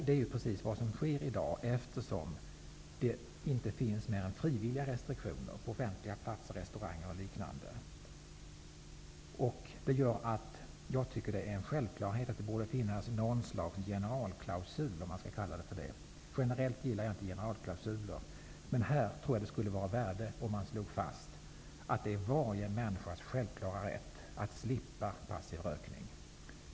Det är ju precis vad som sker i dag, eftersom det inte finns mer än frivilliga restriktioner för offentliga platser, restauranger och liknande. Det är en självklarhet att det borde finnas något slags generalklausul. Generellt gillar jag inte generalklausuler, men här tror jag att det skulle vara av värde att man slog fast att det är varje människas självklara rätt att slippa passiv rökning.